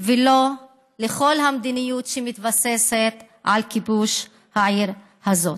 ולא לכל המדיניות שמתבססת על כיבוש העיר הזאת.